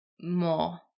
more